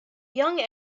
young